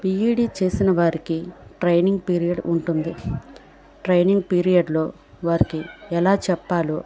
B Ed చేసిన వారికి training period ఉంటుంది ట్రైనింగ్ పీరియడ్లో వారికి ఎలా చెప్పాలో